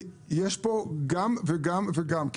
יש פה גם וגם וגם.